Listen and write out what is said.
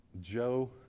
Joe